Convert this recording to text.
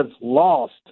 lost